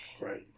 Right